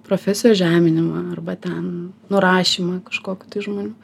profesijos žeminimą arba ten nurašymą kažkokių tai žmonių